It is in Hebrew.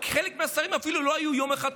אבל חלק מהשרים לא היו אפילו יום אחד ח"כים,